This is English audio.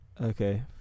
Okay